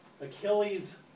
Achilles